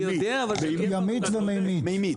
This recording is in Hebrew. ימית ומימית.